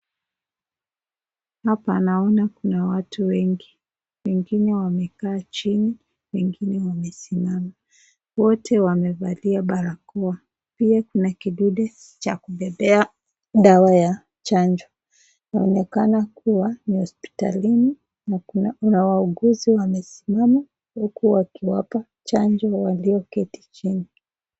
Hapa naona kuna watu wengi. Wengine wamekaa chini, wengine wamesimama. Wote wamevalia barakoa pia kuna kidude cha kubebea dawa ya chanjo. Unaonekana kuwa ni hospitalini na kuna wauguzi wamesimama huku wakiwapa chanjo walio keti chini.